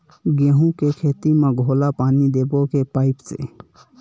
गेहूं के खेती म घोला पानी देबो के पाइप से?